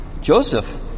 Joseph